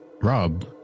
Rob